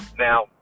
Now